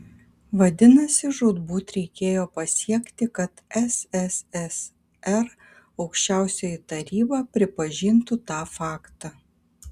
vadinasi žūtbūt reikėjo pasiekti kad sssr aukščiausioji taryba pripažintų tą faktą